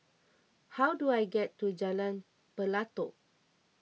how do I get to Jalan Pelatok